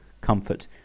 comfort